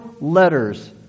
letters